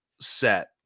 set